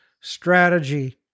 strategy